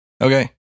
Okay